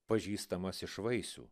pažįstamas iš vaisių